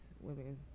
women